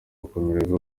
gukomereza